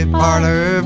parlor